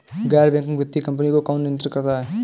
गैर बैंकिंग वित्तीय कंपनियों को कौन नियंत्रित करता है?